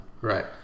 Right